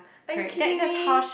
are you kidding me